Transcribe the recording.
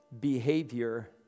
behavior